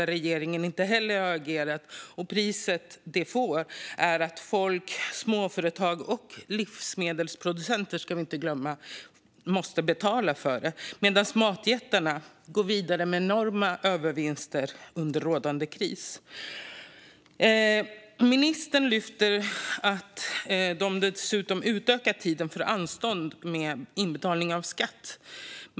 Regeringen har inte heller där agerat, och priset är att småföretag och livsmedelsproducenter måste betala under det att matjättarna går vidare med enorma övervinster under rådande kris. Ministern lyfte fram att tiden för anstånd för inbetalning av skatt har utökats.